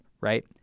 Right